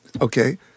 Okay